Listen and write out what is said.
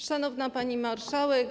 Szanowna Pani Marszałek!